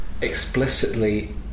explicitly